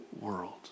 world